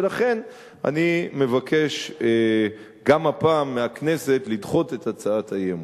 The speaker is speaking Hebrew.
ולכן אני מבקש גם הפעם מהכנסת לדחות את הצעת האי-אמון.